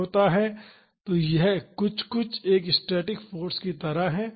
तो यह कुछ कुछ एक स्टैटिक फाॅर्स की तरह है